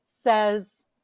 says